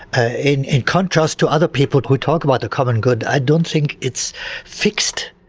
ah in in contrast to other people who talk about the common good, i don't think it's fixed.